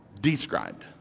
described